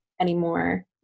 anymore